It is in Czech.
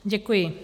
Děkuji.